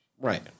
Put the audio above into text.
Right